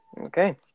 Okay